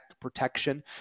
protection